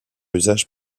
usage